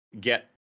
get